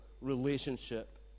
relationship